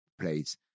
place